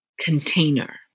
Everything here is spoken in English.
container